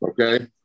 okay